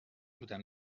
بودم